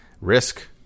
Risk